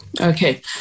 Okay